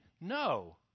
No